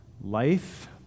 Life